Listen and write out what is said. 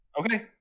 okay